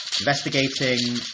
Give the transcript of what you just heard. Investigating